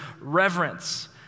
reverence